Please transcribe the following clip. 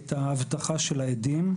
את האבטחה של העדים,